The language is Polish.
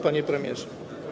Panie Premierze!